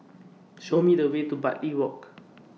Show Me The Way to Bartley Walk